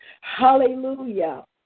Hallelujah